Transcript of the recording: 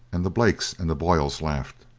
and the blakes and the boyles laughed.